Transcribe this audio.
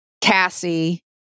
Cassie